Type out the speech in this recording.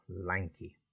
Lanky